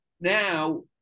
Now